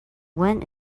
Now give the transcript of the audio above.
went